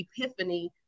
epiphany